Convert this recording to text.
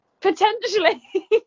potentially